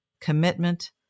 commitment